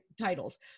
titles